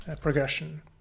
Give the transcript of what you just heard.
Progression